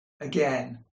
Again